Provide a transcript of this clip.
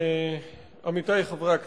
עמיתי חברי הכנסת,